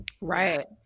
Right